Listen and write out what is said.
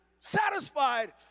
satisfied